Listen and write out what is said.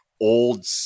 old